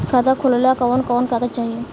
खाता खोलेला कवन कवन कागज चाहीं?